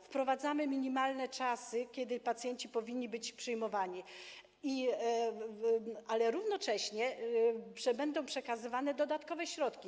Wprowadzamy minimalne czasy, w których pacjenci powinni być przyjmowani, ale równocześnie będą przekazywane dodatkowe środki.